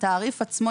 התעריף עצמו,